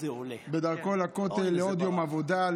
בדרכו לכותל לעוד יום עבודה,